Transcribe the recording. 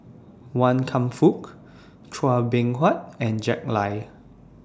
Wan Kam Fook Chua Beng Huat and Jack Lai